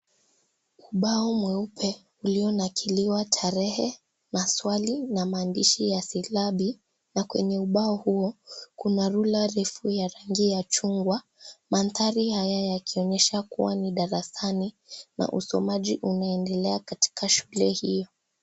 Ubao mweupe ilio nakiliwa tarehe, maswali na maandishi ya silabi na kwenye ubao huo kuna rula refu ya rangi ya chungwa, mandhari haya yakionyesha kuwa ni darasani na usomaji unaendelea katika shule hii.